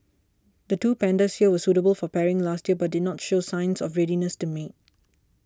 the two pandas here were suitable for pairing last year but did not show signs of readiness to mate